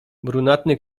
brunatny